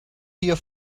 here